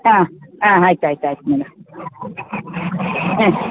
ಹಾಂ ಹಾಂ ಆಯ್ತು ಆಯ್ತು ಆಯ್ತು ಮೇಡಮ್ ಹ್ಞೂ